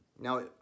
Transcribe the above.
Now